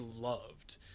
loved